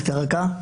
רכה.